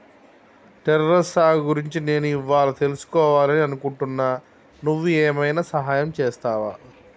terrace సాగు గురించి నేను ఇవ్వాళా తెలుసుకివాలని అనుకుంటున్నా నువ్వు ఏమైనా సహాయం చేస్తావా